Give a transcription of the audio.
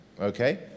Okay